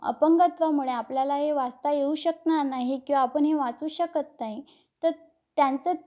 अपंगत्वामुळे आपल्याला हे वाचता येऊ शकणार नाही किंवा आपण हे वाचू शकत नाही तर त्यांचं